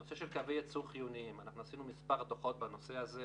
נושא של קווי ייצור חיוניים (שקף 10). עשינו מספר דוחות בנושא זה.